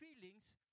feelings